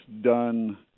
done